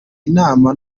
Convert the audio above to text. inama